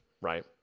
right